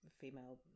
female